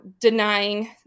denying